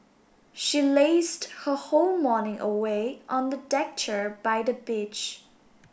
she lazed her whole morning away on the deck chair by the beach